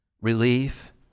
relief